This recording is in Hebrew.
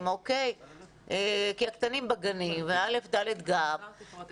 כי הקטנים בגנים וילדי א'-ד' בבתי הספר.